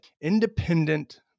independent